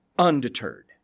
Undeterred